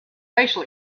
facial